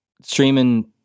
streaming